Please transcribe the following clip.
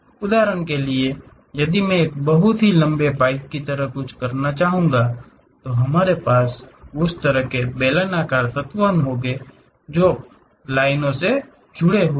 उदाहरण के लिए यदि मैं एक बहुत लंबे पाइप की तरह कुछ करना चाहूंगा तो हमारे पास उस तरह के बेलनाकार तत्व होंगे जो लाइन से कई जुड़े हुए हैं